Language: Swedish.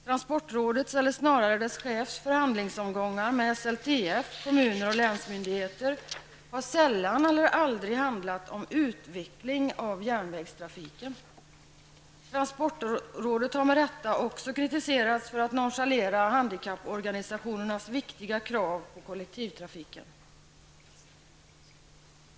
Transportrådets, eller snarare dess chefs, förhandlingsomgångar med SLTF, kommuner och länsmyndigheter har sällan eller aldrig handlat om utveckling av järnvägstrafiken. Transportrådet har med rätta också kritiserats för att nonchalera handikapporganisationernas viktiga krav på kollektivtrafiken.